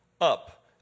up